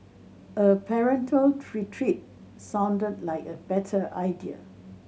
a parental sounded like a better idea